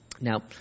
Now